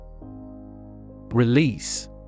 Release